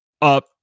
up